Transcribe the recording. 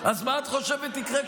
אז מה את חושבת יקרה,